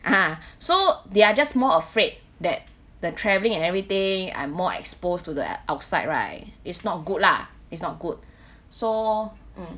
ah so they are just more afraid that the travelling and everything I'm more exposed to the outside right is not good lah it's not good so mm